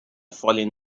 fallen